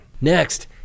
Next